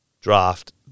draft